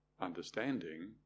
understanding